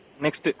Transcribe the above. next